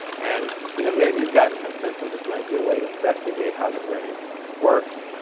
and you know maybe you've gotten some sense of this might be a way to investigate how the brain works.